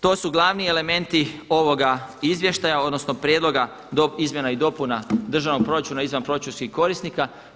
To su glavni elementi ovoga izvještaja odnosno prijedlog izmjena i dopuna državnog proračuna izvanproračunskih korisnika.